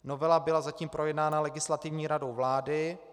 Novela byla zatím projednána Legislativní radou vlády.